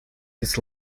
this